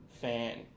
fan